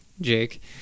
Jake